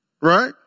right